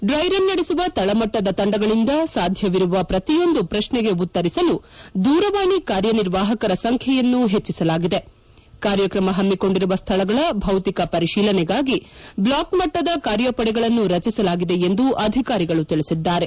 dry run ನಡೆಸುವ ತಳಮಟ್ಟದ ತಂಡಗಳಿಂದ ಸಾಧ್ಯವಿರುವ ಪ್ರತಿಯೊಂದು ಪ್ರಶ್ನೆಗೆ ಉತ್ತರಿಸಲು ದೂರವಾಣಿ ಕಾರ್ಯನಿರ್ವಾಹಕರ ಸಂಖ್ಯೆಯನ್ನು ಪೆಚ್ಚಿಸಲಾಗಿದೆ ಕಾರ್ಯಕ್ರಮ ಪಮ್ಮಕೊಂಡಿರುವ ಸ್ಥಳಗಳ ಭೌತಿಕ ಪರಿಶೀಲನೆಗಾಗಿ ಬ್ಲಾಕ್ ಮಟ್ಟದ ಕಾರ್ಯಪಡೆಗಳನ್ನು ರಚಿಸಲಾಗಿದೆ ಎಂದು ಅಧಿಕಾರಿಗಳು ತಿಳಿಸಿದ್ದಾರೆ